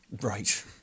Right